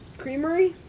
Creamery